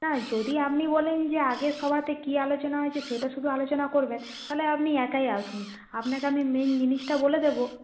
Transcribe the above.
না যদি আপনি বলেন যে আগের সভাতে কি আলোচনা হয়েছে সেটা শুধু আলোচনা করবেন তাহলে আপনি একাই আসুন আপনাকে আমি মেইন জিনিসটা বলে দেবো